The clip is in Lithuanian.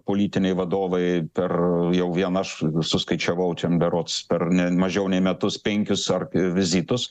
politiniai vadovai per jau vien aš suskaičiavau čia m berods per ne mažiau nei metus penkis ar k vizitus